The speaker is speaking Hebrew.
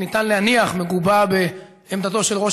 שניתן להניח שהיא מגובה בעמדתו של ראש